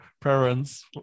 parents